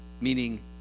Meaning